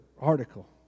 article